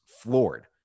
floored